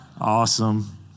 awesome